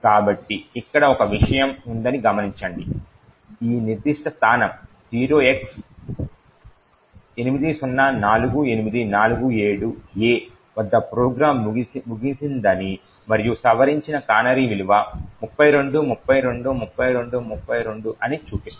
కాబట్టి ఇక్కడ ఒక విషయం ఉందని గమనించండి ఈ నిర్దిష్ట స్థానం 0x804847A వద్ద ప్రోగ్రామ్ ముగిసిందని మరియు సవరించిన కానరీ విలువ 32 32 32 32 అని చూపిస్తుంది